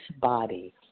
body